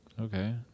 okay